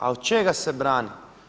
A od čega se brani?